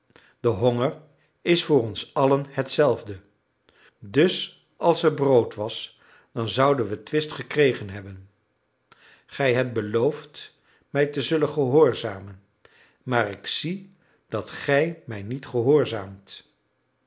de honger is voor ons allen hetzelfde dus als er brood was dan zouden we twist gekregen hebben gij hebt beloofd mij te zullen gehoorzamen maar ik zie dat gij mij niet gehoorzaamt